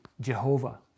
Jehovah